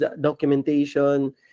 documentation